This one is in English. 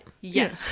Yes